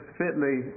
fitly